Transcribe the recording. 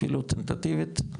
אפילו טנטטיבית?